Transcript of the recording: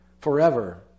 forever